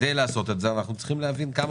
זה חלק